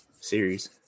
series